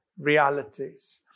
realities